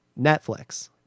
Netflix